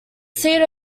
seat